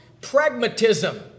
pragmatism